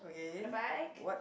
at the back